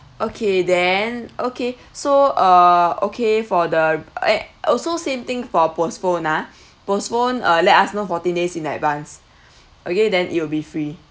okay then okay so uh okay for the I also same thing for postpone ah postpone uh let us know fourteen days in advance okay then it will be free